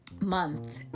month